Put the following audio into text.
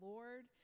Lord